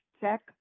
check